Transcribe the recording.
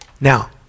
now